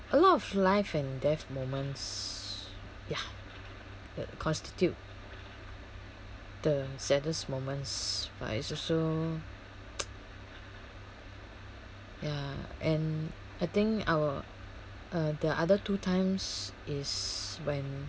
a lot of life and death moments ya that constitute the saddest moments but it's also ya and I think our uh the other two times is when